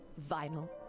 vinyl